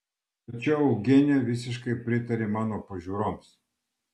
tačiau eugenija visiškai pritarė mano pažiūroms